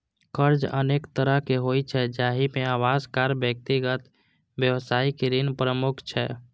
कर्ज अनेक तरहक होइ छै, जाहि मे आवास, कार, व्यक्तिगत, व्यावसायिक ऋण प्रमुख छै